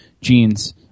genes